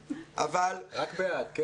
רק בעד כן?